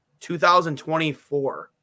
2024